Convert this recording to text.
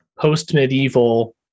post-medieval